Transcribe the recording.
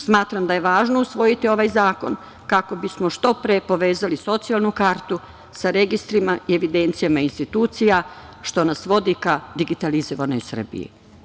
Smatram da je važno usvojiti ovaj zakon, kako bismo što pre povezali socijalnu kartu sa registrima i evidencijama intuicija, što nas vodi ka digitalizovanoj Srbiji.